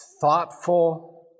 thoughtful